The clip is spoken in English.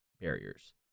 barriers